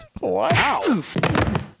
Wow